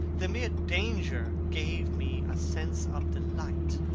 the mere danger gave me a sense of delight.